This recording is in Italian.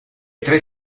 tre